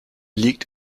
liegt